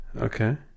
Okay